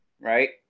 right